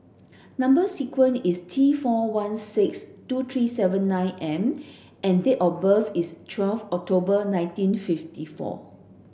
number sequence is T four one six two three seven nine M and date of birth is twelve October nineteen fifty four